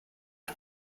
are